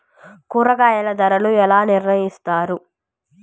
కూరగాయల ధరలు ఎలా నిర్ణయిస్తారు?